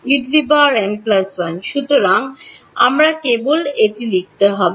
En1 সুতরাং আমরা কেবল এটি লিখতে হবে